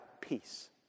peace